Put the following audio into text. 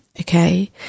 okay